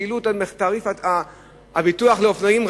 שהעלו את תעריף הביטוח לאופנועים,